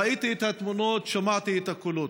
ראיתי את התמונות, שמעתי את הקולות.